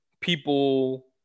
people